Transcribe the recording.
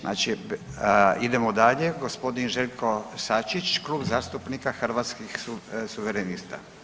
Znači idemo dalje gospodin Željko Sačić, Klub zastupnika Hrvatskih suverenista.